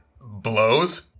Blows